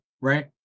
right